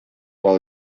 while